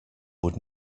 would